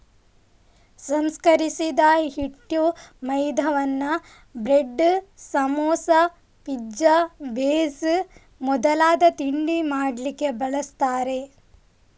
ಸಂಸ್ಕರಿಸಿದ ಹಿಟ್ಟು ಮೈದಾವನ್ನ ಬ್ರೆಡ್, ಸಮೋಸಾ, ಪಿಜ್ಜಾ ಬೇಸ್ ಮೊದಲಾದ ತಿಂಡಿ ಮಾಡ್ಲಿಕ್ಕೆ ಬಳಸ್ತಾರೆ